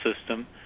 system